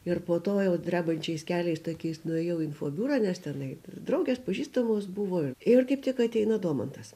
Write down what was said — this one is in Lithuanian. ir po to jau drebančiais keliais tokiais nuėjau į info biurą nes tenai draugės pažįstamos buvo ir kaip tik ateina domantas